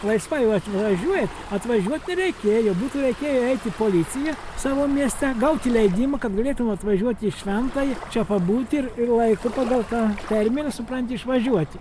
laisvai va atvažiuoja atvažiuot nereikėjo būtų reikėję eit į policiją savo mieste gauti leidimą kad galėtum atvažiuoti į šventąją čia pabūti ir ir laiku pagal tą terminą supranti išvažiuoti